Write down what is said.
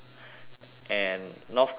and north korea is